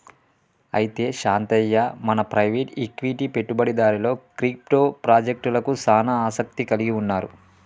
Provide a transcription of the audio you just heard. అయితే శాంతయ్య మన private equity పెట్టుబడిదారులు క్రిప్టో పాజెక్టలకు సానా ఆసత్తి కలిగి ఉన్నారు